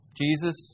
Jesus